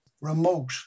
remote